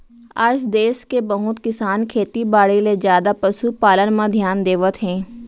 आज देस के बहुत किसान खेती बाड़ी ले जादा पसु पालन म धियान देवत हें